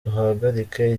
duhagarike